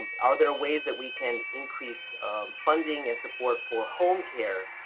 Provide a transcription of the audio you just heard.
are there ways that we can increase funding and support for home care,